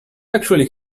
actually